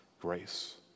grace